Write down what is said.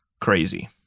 crazy